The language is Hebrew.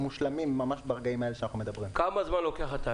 אני רוצה לדעת מתי החברות מתחילות להחזיר כסף ללקוחות.